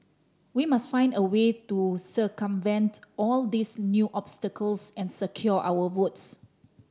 we must find a way to circumvent all these new obstacles and secure our votes